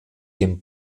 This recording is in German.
dem